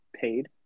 paid